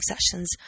sessions